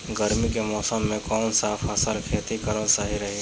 गर्मी के मौषम मे कौन सा फसल के खेती करल सही रही?